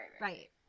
right